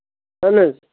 اَہن حظ